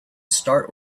start